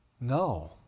No